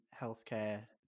healthcare